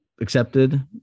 accepted